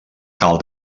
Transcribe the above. cal